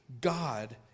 God